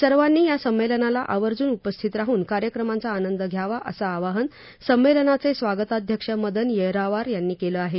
सर्वानी या संमेलनाला आवर्जून उपस्थित राहून कार्यक्रमाचा आनंद घ्यावा असं आवाहन संमेलनाचे स्वागताध्यक्ष मदन येरावार यांनी केलं आहे